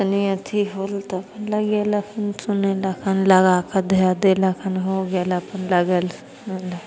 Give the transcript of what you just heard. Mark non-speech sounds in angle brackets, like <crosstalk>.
तनि अथी होल तऽ अपन लगेलक सुनेलक कनि लगाकऽ धै देलकहन हो गेल अपन लगैल <unintelligible>